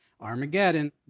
Armageddon